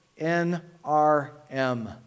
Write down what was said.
NRM